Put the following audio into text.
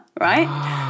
right